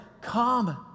come